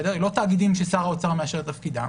לא תאגידים ששר האוצר מאשר את תפקידם,